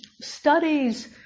studies